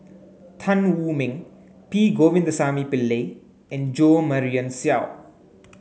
Tan Wu Meng P Govindasamy Pillai and Jo Marion Seow